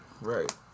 right